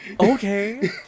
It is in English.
okay